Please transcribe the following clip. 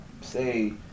say